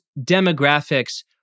demographics